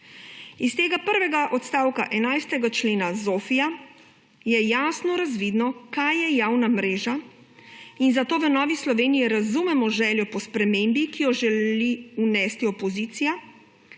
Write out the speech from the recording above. Iz tega prvega odstavka 11. člena ZOFVI-ja je jasno razvidno, kaj je javna mreža, in zato v Novi Sloveniji razumemo željo po spremembi, ki jo želi vnesti opozicija